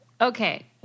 Okay